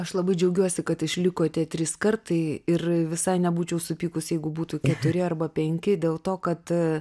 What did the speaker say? aš labai džiaugiuosi kad išliko tie trys kartai ir visai nebūčiau supykusi jeigu būtų keturi arba penki dėl to kad